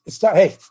hey